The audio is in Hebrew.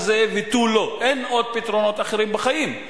זה ותו לא ואין עוד פתרונות אחרים בחיים.